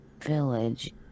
village